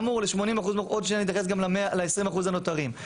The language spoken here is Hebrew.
עוד שנייה אתייחס גם ל-20% הנותרים,